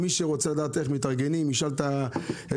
מי שרוצה לדעת איך מתארגנים ישאל את החקלאים,